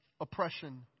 oppression